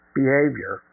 behavior